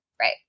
right